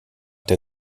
der